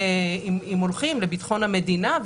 אם הולכים לביטחון המדינה,